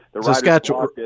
Saskatchewan